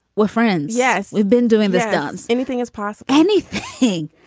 we're friends. yes. we've been doing this dance anything is pass anything.